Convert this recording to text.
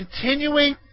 continuing